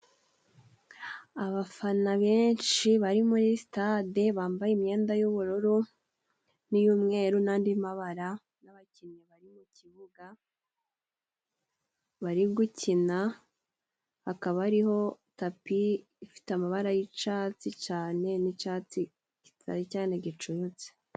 Abafana benshi bari muri sitade bambaye imyenda y'ubururu, n'iy'umweru, n'andi mabara, n'abakinnyi bari mu kibuga bari gukina, hakaba ariho tapi ifite amabara y'icatsi cane n'icatsi kitari cane gicuyutse.